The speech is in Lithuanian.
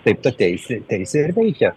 taip ta teisė teisė ir veikia